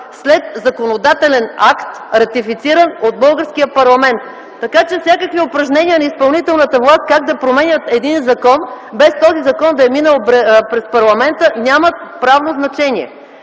след законодателен акт, ратифициран от българския парламент. Така че всякакви упражнения на изпълнителната власт как да променят един закон, без този закон да е минал през парламента, нямат правно значение.